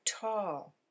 tall